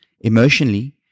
Emotionally